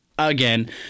Again